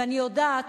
ואני יודעת,